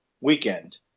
weekend